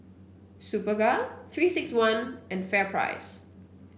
Superga Three six one and FairPrice